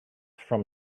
from